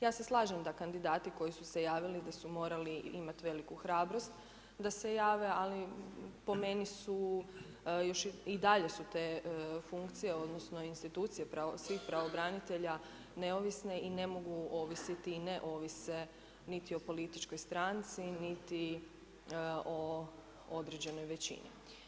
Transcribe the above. Ja se slažem da kandidati koji su se javili da su morali imati veliku hrabrost da se jave ali po meni su, još i dalje su te funkcije, odnosno institucije svih pravobranitelja neovisne i ne mogu ovisiti i ne ovise niti o političkoj stranci niti o određenoj većini.